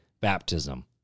baptism